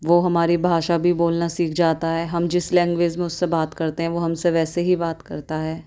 وہ ہماری بھاشا بھی بولنا سیکھ جاتا ہے ہم جس لینگویج میں اس سے بات کرتے ہیں وہ ہم سے ویسے ہی بات کرتا ہے